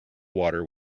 water